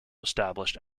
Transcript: established